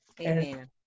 Amen